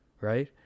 right